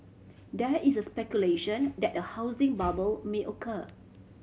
there is a speculation that a housing bubble may occur